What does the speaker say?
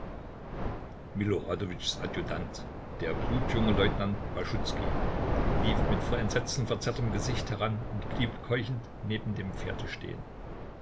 miloradowitschs adjutant der blutjunge leutnant baschuzkij lief mit vor entsetzen verzerrtem gesicht heran und blieb keuchend neben dem pferde stehen